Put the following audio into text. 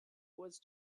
was